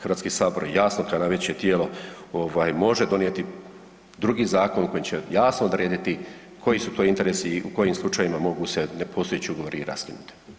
Hrvatski sabor jasno kao najveće tijelo može donijeti drugi zakon koji će jasno odrediti koji su to interesi i u kojim slučajevima mogu se nepostojeći ugovori i raskinuti.